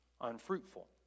unfruitful